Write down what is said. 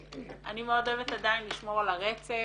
אני עדיין מאוד אוהבת לשמור על הרצף,